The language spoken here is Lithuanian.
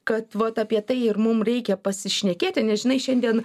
kad vat apie tai ir mum reikia pasišnekėti nes žinai šiandien